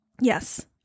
Yes